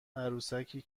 عروسکی